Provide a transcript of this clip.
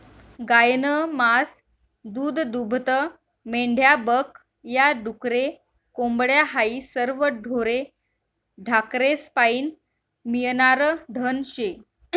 गायनं मास, दूधदूभतं, मेंढ्या बक या, डुकरे, कोंबड्या हायी सरवं ढोरे ढाकरेस्पाईन मियनारं धन शे